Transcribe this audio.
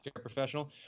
professional